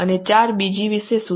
અને 4 બી વિશે શું